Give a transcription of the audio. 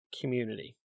community